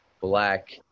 black